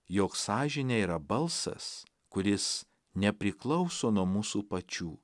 jog sąžinė yra balsas kuris nepriklauso nuo mūsų pačių